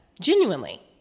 genuinely